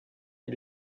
est